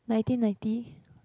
nineteen ninety